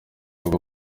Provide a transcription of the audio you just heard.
ubwo